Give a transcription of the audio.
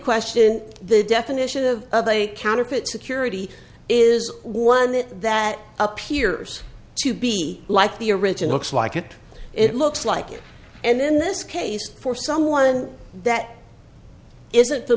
question the definition of of a counterfeit security is one that appears to be like the original it's like it it looks like and in this case for someone that isn't the